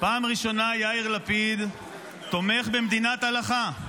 פעם ראשונה יאיר לפיד תומך במדינת הלכה.